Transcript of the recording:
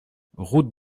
route